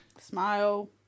smile